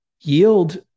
Yield